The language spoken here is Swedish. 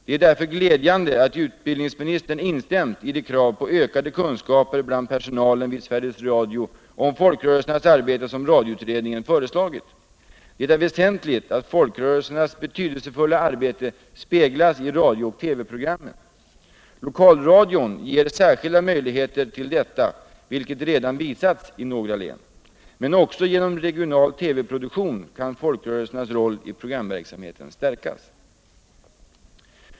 Det är därför glädjande att utbildningsministern instämt i de krav på ökade kunskaper bland personalen vid Svcriges Radio om folkrörelsernas arbete som radioutredningen föreslagit. Det är väsentligt att folkrörelsernas betydelsefulla arbete speglas i radio och TV-programmen. Lokalradion ger särskilda möjligheter ull detta, vilket redan visats i några län. Men också genom regional TV-produktion kan folkrörelsernas roll i programverksamheten stärkas.